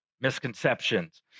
misconceptions